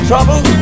trouble